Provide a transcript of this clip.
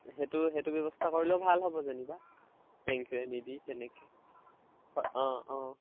সেইটো সেইটো ব্যৱস্থা কৰিলেও ভাল হ'ব যেনিবা নিদি তেনেকৈ হয় অঁ অঁ